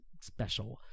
special